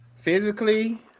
physically